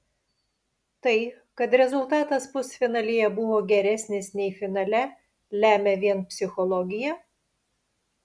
tai kad rezultatas pusfinalyje buvo geresnis nei finale lemia vien psichologija